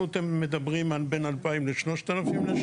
הם מדברים על בין 2000 ל-3000 לשנה,